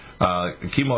chemo